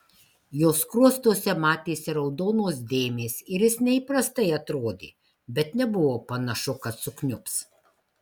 jo skruostuose matėsi raudonos dėmės ir jis neįprastai atrodė bet nebuvo panašu kad sukniubs